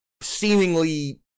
seemingly